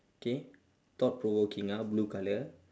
okay thought provoking ah blue colour